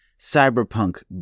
Cyberpunk